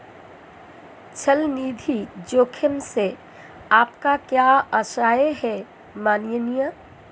चल निधि जोखिम से आपका क्या आशय है, माननीय?